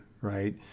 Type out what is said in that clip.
right